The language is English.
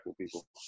people